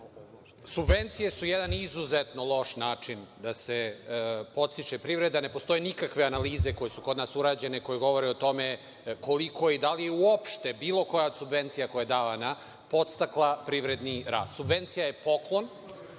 Subvencije su jedan izuzetno loš način da se podstiče privreda. Ne postoje nikakve analize koje su kod nas urađene, koje govore o tome koliko i da li je uopšte bilo koja subvencija koja je davana podstakla privredni rast. Subvencije je poklon.